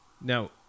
Now